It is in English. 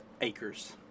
Acres